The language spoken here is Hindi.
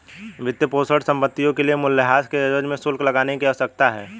वित्तपोषित संपत्तियों के लिए मूल्यह्रास के एवज में शुल्क लगाने की आवश्यकता है